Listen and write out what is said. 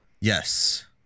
Yes